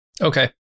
Okay